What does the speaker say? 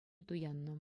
туяннӑ